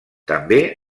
també